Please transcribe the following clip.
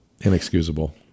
inexcusable